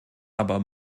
aber